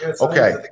Okay